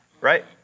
Right